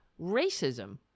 racism